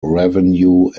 revenue